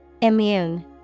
Immune